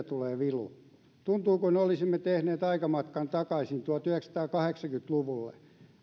tulee vilu tuntuu kuin olisimme tehneet aikamatkan takaisin tuhatyhdeksänsataakahdeksankymmentä luvulle